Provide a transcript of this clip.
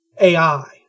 AI